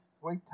sweet